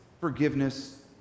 forgiveness